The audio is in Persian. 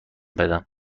بدم